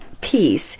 peace